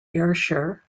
ayrshire